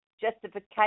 justification